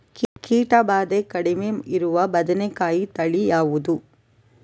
ಕೀಟ ಭಾದೆ ಕಡಿಮೆ ಇರುವ ಬದನೆಕಾಯಿ ತಳಿ ಯಾವುದು?